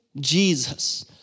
Jesus